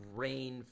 rain